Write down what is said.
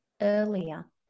earlier